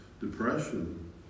depression